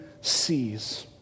sees